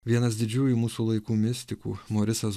vienas didžiųjų mūsų laikų mistikų morisas